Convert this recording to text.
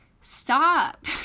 stop